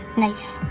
nice.